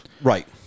Right